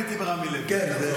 היום קניתי ברמי לוי.